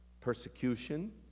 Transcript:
persecution